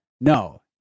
No